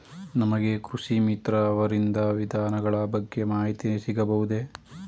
ನಮಗೆ ಕೃಷಿ ಮಿತ್ರ ಅವರಿಂದ ವಿಧಾನಗಳ ಬಗ್ಗೆ ಮಾಹಿತಿ ಸಿಗಬಹುದೇ?